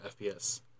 FPS